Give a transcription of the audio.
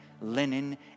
linen